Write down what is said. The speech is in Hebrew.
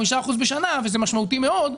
חמישה אחוזים בשנה וזה משמעותי מאוד,